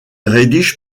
rédige